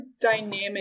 dynamic